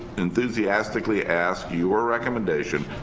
enthusiastically ask your recommendation,